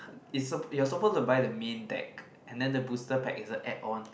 it's sup~ you're supposed to buy the main deck and then the booster pack is a add on